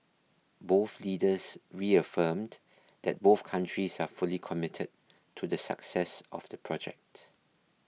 both leaders reaffirmed that both countries are fully committed to the success of the project